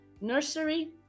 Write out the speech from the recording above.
nursery